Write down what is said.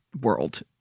world